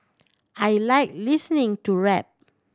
I like listening to rap